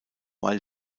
weil